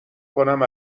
کنم